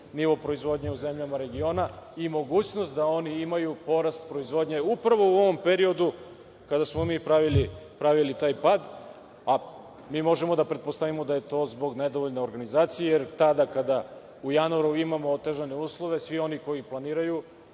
nivo proizvodnje u zemljama regiona i mogućnost da oni imaju porast proizvodnje upravo u ovom periodu kada smo mi pravili taj pad. Mi možemo da pretpostavimo da je to zbog nedovoljne organizacije, jer tada kada u januaru imamo otežane uslove, svi oni koji planiraju